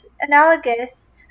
analogous